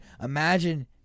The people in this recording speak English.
Imagine